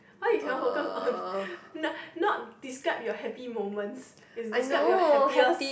why you cannot focus on not describe your happy moments is describe your happiest